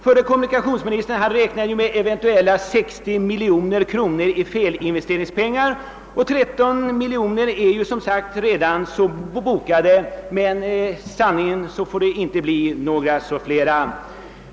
Förre kommunikationsministern räknade med eventuellt 60 miljoner kronor i felinvesteringspengar. Tretton av dessa miljoner är som sagt redan bokade. Det får sannerligen inte bli några fler miljoner!